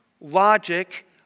logic